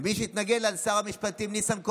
ומי שהתנגד לה הוא שר המשפטים ניסנקורן.